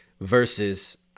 versus